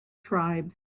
tribes